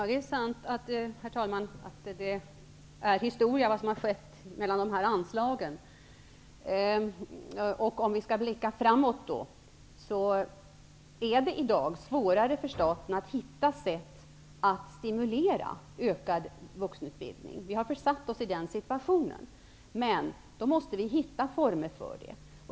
Herr talman! Det är sant att det som har skett mellan dessa anslag är historia. Om vi skall blicka framåt är det i dag svårare för staten att hitta sätt att stimulera ökad vuxenutbildning. Vi har försatt oss i den situationen. Men då måste vi hitta former för det.